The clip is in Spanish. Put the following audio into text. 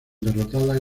derrotadas